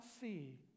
see